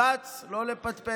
כץ, לא לפטפט.